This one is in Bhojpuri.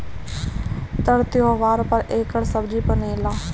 तर त्योव्हार पर एकर सब्जी बनेला